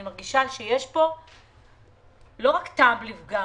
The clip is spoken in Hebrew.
אני מרגישה שיש כאן לא רק טעם לפגם,